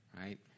Right